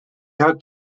had